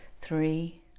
three